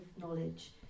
knowledge